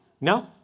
No